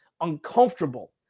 uncomfortable